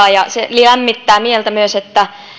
jatkaa ja se lämmittää mieltä myös